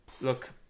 look